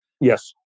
Yes